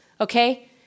okay